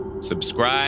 Subscribe